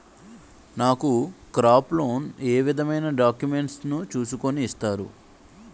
నాకు crop loan ఏ విధమైన డాక్యుమెంట్స్ ను చూస్కుని ఇస్తారు?